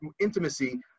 intimacy